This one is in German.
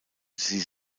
sie